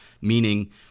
Meaning